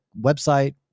website